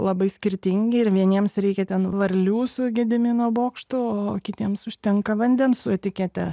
labai skirtingi ir vieniems reikia ten varlių su gedimino bokštu o kitiems užtenka vandens su etikete